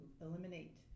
eliminate